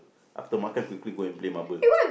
after makan quickly go and play marble